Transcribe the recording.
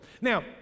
Now